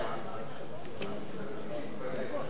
מקובל עלי.